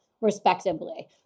respectively